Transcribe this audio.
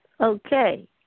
Okay